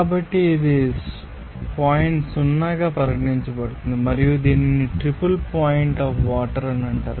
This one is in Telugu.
కాబట్టి ఇది పాయింట్ O గా పరిగణించబడుతుంది మరియు దీనిని ట్రిపుల్ పాయింట్ ఆఫ్ వాటర్ అంటారు